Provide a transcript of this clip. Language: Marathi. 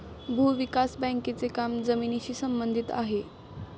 भूविकास बँकेचे काम जमिनीशी संबंधित आहे